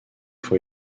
for